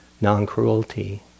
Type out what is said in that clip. non-cruelty